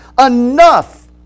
enough